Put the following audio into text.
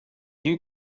you